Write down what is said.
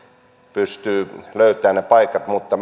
pystyä löytämään ne paikat mutta